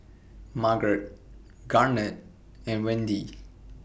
Margrett Garnet and Wende